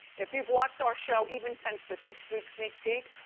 if you've watched our show, even since the six week sneak peek,